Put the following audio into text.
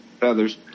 Feathers